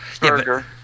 burger